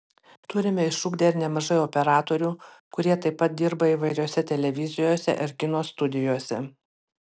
turime išugdę ir nemažai operatorių kurie taip pat dirba įvairiose televizijose ar kino studijose